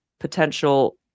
potential